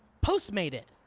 postmate it!